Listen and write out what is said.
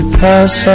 pass